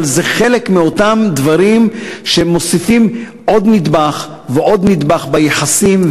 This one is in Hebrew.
אבל זה חלק מאותם דברים שמוסיפים עוד נדבך ועוד נדבך ביחסים.